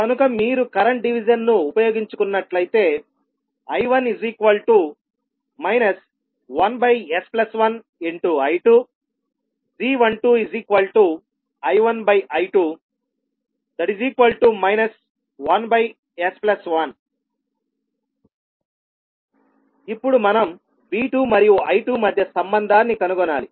కనుక మీరు current division ను ఉపయోగించుకున్నట్లయితే I1 1s1I2 g12I1I2 1s1 ఇప్పుడు మనం V2 మరియు I2 మధ్య సంబంధాన్ని కనుగొనాలి